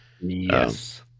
Yes